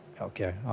okay